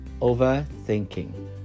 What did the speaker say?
overthinking